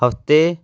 ਹਫ਼ਤੇ